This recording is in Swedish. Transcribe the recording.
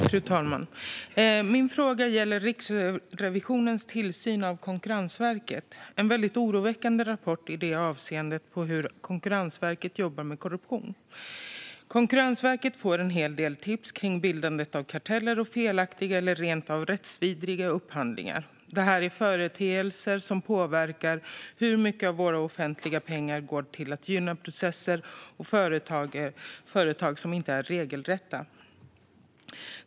Fru talman! Min fråga gäller Riksrevisionens tillsyn av Konkurrensverket. Det är en väldigt oroväckande rapport med avseende på hur Konkurrensverket jobbar med korruption. Konkurrensverket får en hel del tips kring bildande av karteller och felaktiga eller rent av rättsvidriga upphandlingar. Detta är företeelser som påverkar hur mycket av våra offentliga pengar som går till att gynna processer och företag som inte är regelrätta.